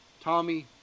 Tommy